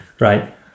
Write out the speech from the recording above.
right